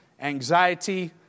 anxiety